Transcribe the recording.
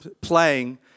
playing